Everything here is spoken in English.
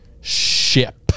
ship